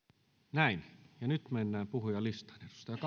nyt mennään puhujalistaan